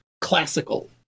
classical